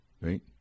right